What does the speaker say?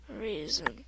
reason